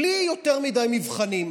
בלי יותר מדי מבחנים.